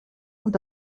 und